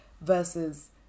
versus